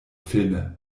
filme